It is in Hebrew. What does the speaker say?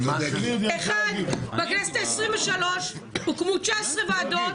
אחת, בכנסת ה-23 הוקמו 19 ועדות.